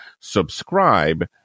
subscribe